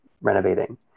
renovating